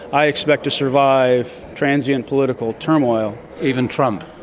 i expect to survive transient political turmoil. even trump?